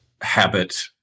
habit